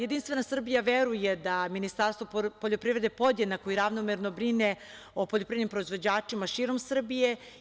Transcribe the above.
Jedinstvena Srbija veruje da Ministarstvo poljoprivrede podjednako i ravnomerno brine o poljoprivrednim proizvođačima širom Srbije.